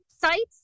sites